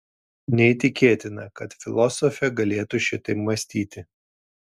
neįtikėtina kad filosofė galėtų šitaip mąstyti